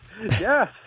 Yes